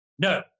No